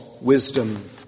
wisdom